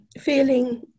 feeling